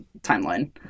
timeline